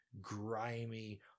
grimy